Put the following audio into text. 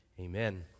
Amen